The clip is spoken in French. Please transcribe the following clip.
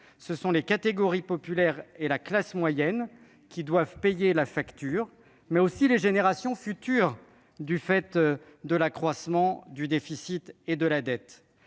ce sont les catégories populaires et la classe moyenne qui doivent payer la facture, mais aussi les générations futures, l'accroissement du déficit et de la dette.